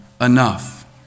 enough